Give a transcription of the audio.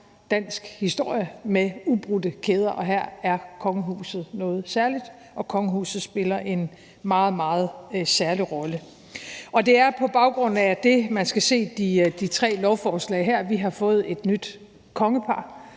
dansk historie med ubrudte kæder, og her er kongehuset noget særligt, og kongehuset spiller en meget, meget særlig rolle. Det er på baggrund af det, man skal se de tre lovforslag her. Vi har fået et nyt kongepar